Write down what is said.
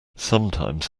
sometimes